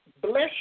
bless